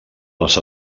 les